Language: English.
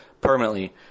permanently